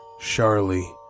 Charlie